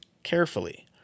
carefully